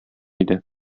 иде